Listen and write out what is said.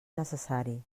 necessari